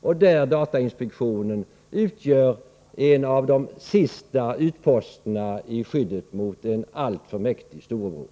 Där utgör datainspektionen en av de sista utposterna i skyddet mot en alltför mäktig storebror.